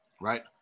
right